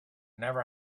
never